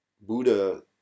Buddha